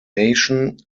nation